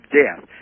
death